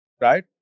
right